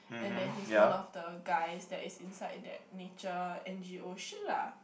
and then he's one of the guys that is inside that nature n_g_o shit lah